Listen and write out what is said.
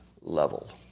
level